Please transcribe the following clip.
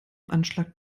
anschlag